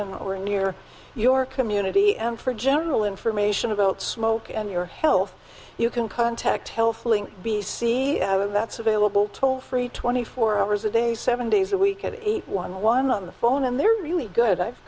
over near your community and for general information about smoke and your health you can contact health see that's available toll free twenty four hours a day seven days a week at eight one one on the phone and they're really good i've